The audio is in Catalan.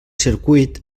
circuit